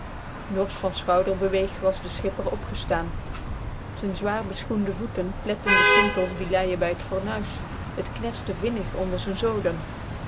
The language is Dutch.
norsch van schouderbeweeg was de schipper opgestaan z'n zwaar voeten pletten de sintels die leien bij t fornuis t knerste beschond vinnig onder z'n zolen